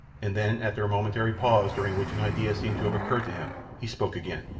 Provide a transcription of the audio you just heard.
and then after a momentary pause, during which an idea seemed to have occurred to him, he spoke again.